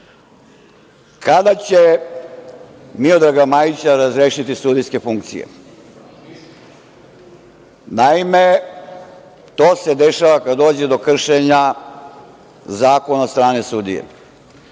kada će Miodraga Majića razrešiti sudijske funkcije? Naime, to se dešava kada dođe do kršenja zakona od strane sudije. Svim